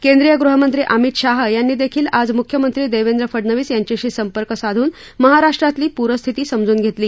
केंद्रीय गृहमंत्री अमित शाह यांनीदेखील आज मुख्यमंत्री देवेंद्र फडनवीस यांच्याशी संपर्क साधून महाराष्ट्रातली पूरस्थिती समजून घेतली